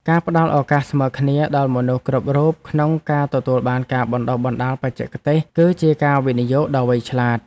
ការផ្ដល់ឱកាសស្មើគ្នាដល់មនុស្សគ្រប់រូបក្នុងការទទួលបានការបណ្តុះបណ្តាលបច្ចេកទេស គឺជាការវិនិយោគដ៏វៃឆ្លាត។